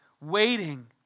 waiting